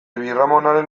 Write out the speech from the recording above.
birramonaren